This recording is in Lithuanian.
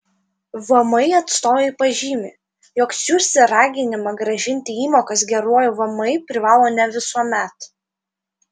vmi atstovai pažymi jog siųsti raginimą grąžinti įmokas geruoju vmi privalo ne visuomet